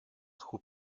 who